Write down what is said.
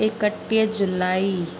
एकटीह जुलाई